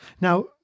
Now